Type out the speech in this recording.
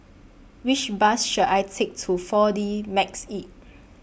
Which Bus should I Take to four D Magix